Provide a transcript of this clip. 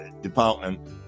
department